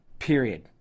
period